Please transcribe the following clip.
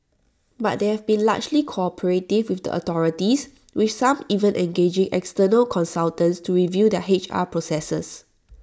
but they have been largely cooperative with the authorities with some even engaging external consultants to review their H R processes